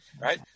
Right